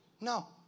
No